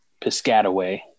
Piscataway